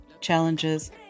challenges